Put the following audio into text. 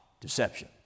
Deception